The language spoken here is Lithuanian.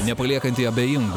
nepaliekanti abejingų